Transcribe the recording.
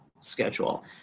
schedule